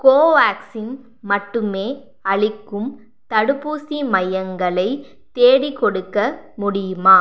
கோவேக்சின் மட்டுமே அளிக்கும் தடுப்பூசி மையங்களை தேடிக்கொடுக்க முடியுமா